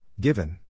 Given